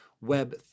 Web